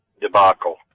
debacle